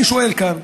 אני שואל כאן.